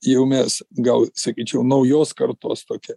jau mes gal sakyčiau naujos kartos tokia